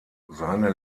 seine